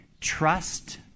trust